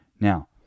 Now